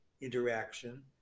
interaction